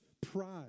pride